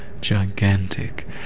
gigantic